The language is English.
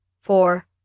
four